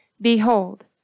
Behold